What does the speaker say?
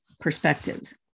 perspectives